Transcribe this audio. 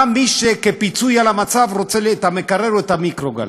גם מי שכפיצוי על המצב רוצה את המקרר או את המיקרוגל.